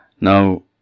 Now